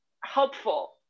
helpful